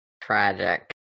Tragic